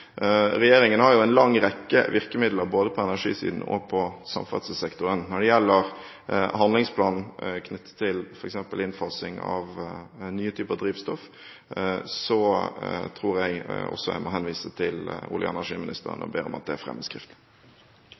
Regjeringen har en lang rekke virkemidler både på energisiden og på samferdselssektoren. Når det gjelder handlingsplanen knyttet f.eks. til innfasing av nye typer drivstoff, tror jeg også jeg må henvise til olje- og energiministeren og be om at spørsmålet fremmes skriftlig.